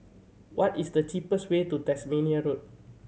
what is the cheapest way to Tasmania Road